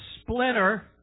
splinter